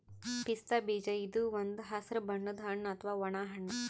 ಪಿಸ್ತಾ ಬೀಜ ಇದು ಒಂದ್ ಹಸ್ರ್ ಬಣ್ಣದ್ ಹಣ್ಣ್ ಅಥವಾ ಒಣ ಹಣ್ಣ್